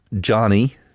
Johnny